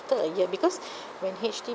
after a year because when H_D